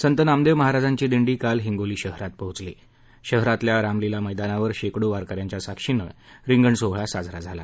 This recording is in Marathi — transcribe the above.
संत नामदेव महाराजांची दिंडी काल हिंगोली शहरात पोचली शहरातल्या रामलीला मैदानावर शेकडो वारकऱ्यांच्या साक्षीनं रिंगण सोहळा साजरा झाला